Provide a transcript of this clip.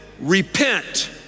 repent